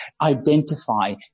identify